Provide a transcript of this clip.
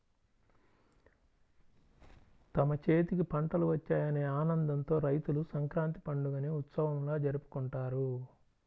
తమ చేతికి పంటలు వచ్చాయనే ఆనందంతో రైతులు సంక్రాంతి పండుగని ఉత్సవంలా జరుపుకుంటారు